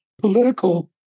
political